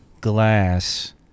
glass